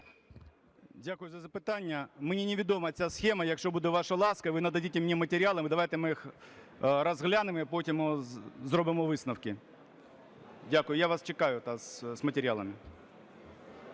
Дякую за запитання. Мені невідома ця схема. Якщо буде ваша ласка, ви надайте мені матеріали, давайте ми їх розглянемо і потім зробимо висновки. Дякую. Я вас чекаю з матеріалами.